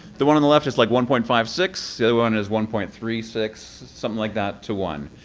the one on the left is like one point five six. the other one is one point three six. something like that. to one.